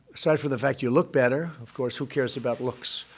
aside from the fact you look better of course, who cares about looks?